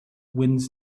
winds